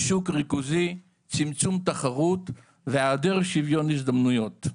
שוק ריכוזי, צמצום תחרות והעדר שוויון הזדמנויות.